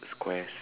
squares